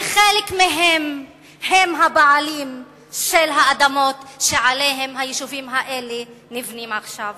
שחלק מהם הם הבעלים של האדמות שעליהן היישובים האלה נבנים עכשיו?